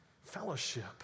fellowship